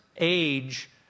age